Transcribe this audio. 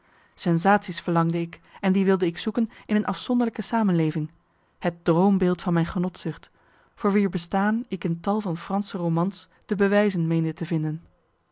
dofheid sensatie's verlangde ik en die wilde ik zoeken in een afzonderlijke samenleving het droombeeld van mijn genotzucht voor wier bestaan ik in tal van fransche romans de bewijzen meende te vinden